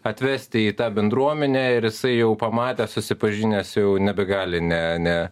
atvesti į tą bendruomenę ir jisai jau pamatęs susipažinęs jau nebegali ne